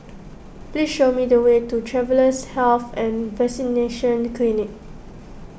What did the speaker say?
please show me the way to Travellers' Health and Vaccination Clinic